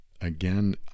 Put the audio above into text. Again